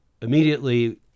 immediately